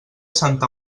santa